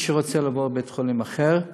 מי שרוצה לעבור לבית-חולים אחר,